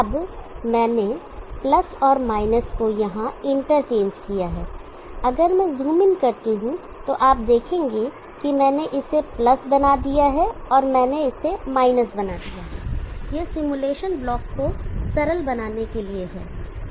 अब मैंने और - को यहाँ इंटरचेंज किया है अगर मैं ज़ूम इन करता हूँ तो आप देखेंगे कि मैंने इसे बना दिया है मैंने इसे - बना दिया है यह सिमुलेशन ब्लॉक को सरल बनाने के लिए है